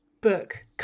book